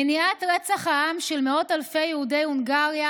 מניעת רצח העם של מאות אלפי יהודי הונגריה